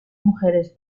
mujeres